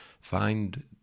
find